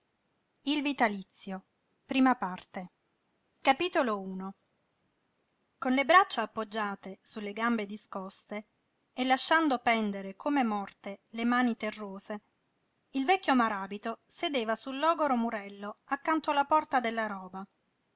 tondo visetto caro con le braccia appoggiate sulle gambe discoste e lasciando pendere come morte le mani terrose il vecchio maràbito sedeva sul logoro murello accanto alla porta della roba